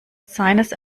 seines